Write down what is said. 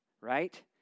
right